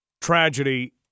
tragedy